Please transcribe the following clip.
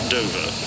Dover